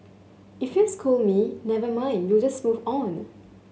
if you scold me never mind we'll just move on